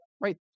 right